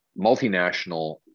multinational